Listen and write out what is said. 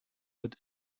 wird